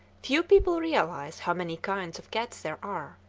few people realize how many kinds of cats there are.